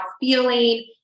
feeling